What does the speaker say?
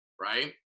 right